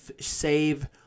save